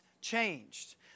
changed